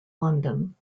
london